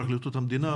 פרקליטות המדינה,